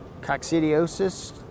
coccidiosis